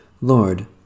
Lord